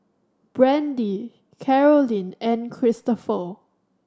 Brandie Carolyn and Christoper